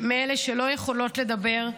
מאלה שלא יכולות לדבר.